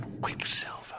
Quicksilver